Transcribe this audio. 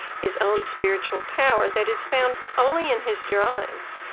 his own spiritual power that is found only in his drawings.